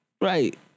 Right